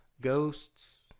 Ghosts